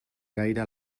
gaire